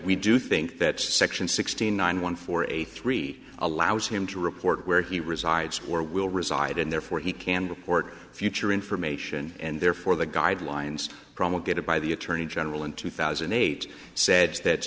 we do think that section sixteen nine one four eight three allows him to report where he resides or will reside and therefore he can report future information and therefore the guidelines promulgated by the attorney general in two thousand and eight said that